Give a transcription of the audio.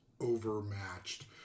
overmatched